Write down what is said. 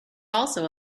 also